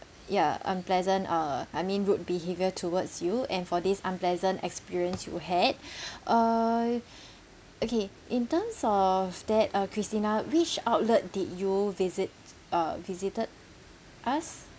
ya unpleasant uh I mean rude behaviour towards you and for this unpleasant experience you had uh okay in terms of that uh christina which outlet did you visit uh visited us